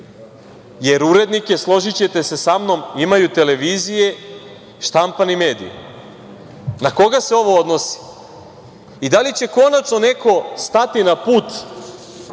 Jer, urednike, složićete se sa mnom, imaju televizije i štampani mediji. Na koga se ovo odnosi? I da li će konačno neko stati na put